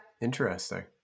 Interesting